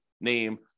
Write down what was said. name